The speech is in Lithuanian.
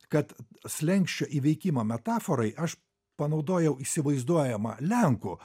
kad slenksčio įveikimo metaforai aš panaudojau įsivaizduojamą lenkų